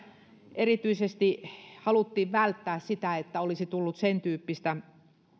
erityisesti välttää sitä että olisi tullut sentyyppistä